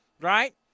right